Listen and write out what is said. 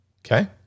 Okay